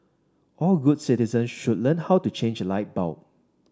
all good citizen should learn how to change a light bulb